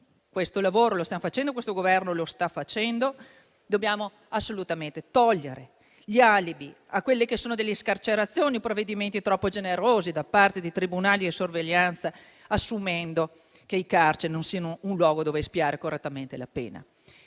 questo lavoro lo stiamo facendo, questo Governo lo sta facendo. Dobbiamo assolutamente togliere gli alibi alle scarcerazioni e a provvedimenti troppo generosi da parte dei tribunali di sorveglianza, assumendo che le carceri non siano un luogo dove espiare correttamente la pena.